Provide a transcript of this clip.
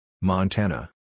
Montana